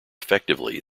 effectively